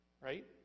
Right